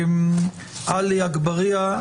עלא אגבארייה,